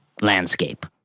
landscape